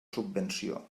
subvenció